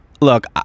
look